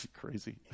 crazy